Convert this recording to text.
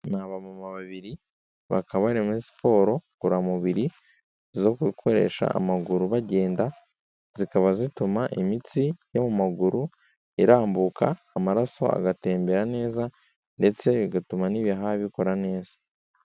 Ni abamama babiri bakaba bari muri siporo ngororamubiri zo gukoresha amaguru bagenda zikaba zituma imitsi yo mu maguru irambuka amaraso agatembera neza ndetse bigatuma n'ibiha bikora neza.